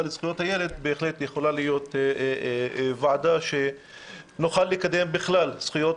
לזכויות הילד בהחלט יכולה להיות ועדה שנוכל לקדם בה בכלל זכויות